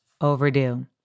overdue